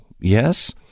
Yes